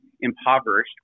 impoverished